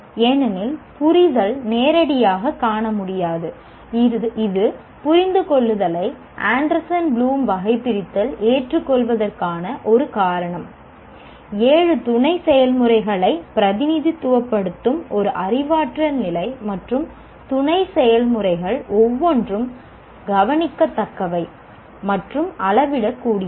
ஏனெனில் புரிதல் நேரடியாகக் காணமுடியாது இது புரிந்துகொள்ளுதலை ஆண்டர்சன் ப்ளூம் வகைபிரித்தல் ஏற்றுக்கொள்வதற்கான ஒரு காரணம் ஏழு துணை செயல்முறைகளை பிரதிநிதித்துவப்படுத்தும் ஒரு அறிவாற்றல் நிலை மற்றும் துணை செயல்முறைகள் ஒவ்வொன்றும் கவனிக்கத்தக்கவை மற்றும் அளவிடக்கூடியது